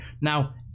Now